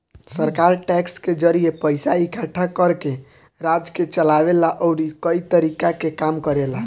सरकार टैक्स के जरिए पइसा इकट्ठा करके राज्य के चलावे ला अउरी कई तरीका के काम करेला